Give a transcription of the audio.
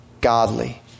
Godly